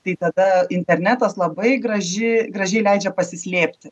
tai tada internetas labai graži graži leidžia pasislėpti